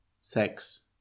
sex